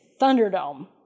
Thunderdome